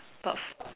but